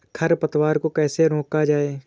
खरपतवार को कैसे रोका जाए?